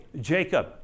Jacob